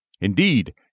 Indeed